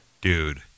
Dude